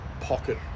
pocket